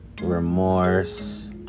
remorse